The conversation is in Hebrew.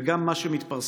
וגם מה שמתפרסם,